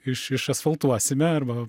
iš išasfaltuosime arba